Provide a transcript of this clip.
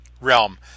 realm